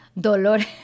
Dolores